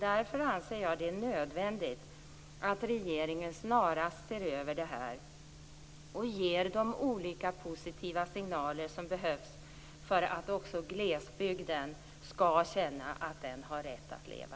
Därför anser jag det nödvändigt att regeringen snarast ser över det här och ger de olika positiva signaler som behövs för att också glesbygden skall känna att den har rätt att leva.